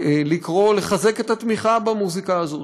לקרוא לחזק את התמיכה במוזיקה הזאת.